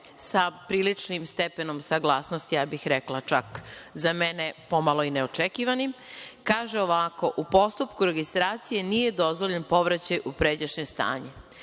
sa priličnim stepenom saglasnosti, rekla bih čak za mene i po malo neočekivanim, kaže ovako – u postupku registracije nije dozvoljen povraćaj u pređašnje stanje. Moram